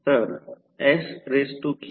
skdkdtkk12